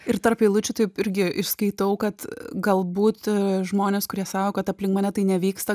ir tarp eilučių taip irgi išskaitau kad galbūt žmonės kurie sako kad aplink mane tai nevyksta